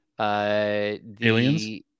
Aliens